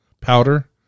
Powder